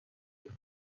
بودن